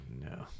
no